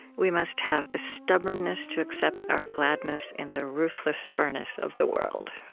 we must have the stubbornness to accept our gladness in the ruthless furnace of the world.